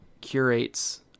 curates